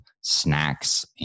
snacks